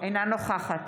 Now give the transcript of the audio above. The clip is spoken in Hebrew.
אינה נוכחת